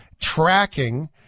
tracking